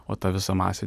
o ta visa masė